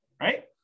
right